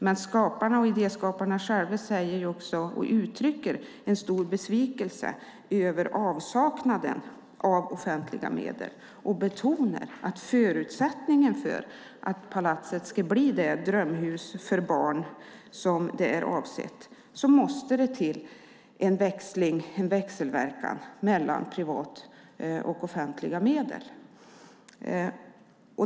Men skaparna och idéskaparna själva uttrycker också en stor besvikelse över avsaknaden av offentliga medel och betonar att förutsättningen för att Palatset ska bli det drömhus för barn som det är avsett att vara är att det sker en växelverkan mellan privata och offentliga medel.